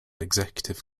executive